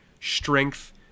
strength